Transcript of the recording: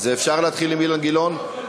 אפשר להתחיל עם אילן גילאון?